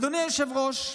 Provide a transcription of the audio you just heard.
אדוני היושב-ראש,